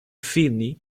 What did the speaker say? sídney